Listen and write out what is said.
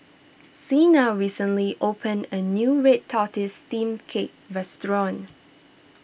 Shena recently opened a new Red Tortoise Steamed Cake Restaurant